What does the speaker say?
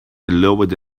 allowed